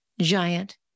giant